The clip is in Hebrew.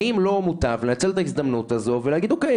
האם לא מוטב לנצל את ההזדמנות הזו ולהגיד אוקיי,